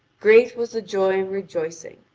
great was the joy and rejoicing,